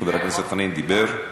חבר הכנסת חנין דיבר.